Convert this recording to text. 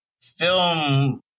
film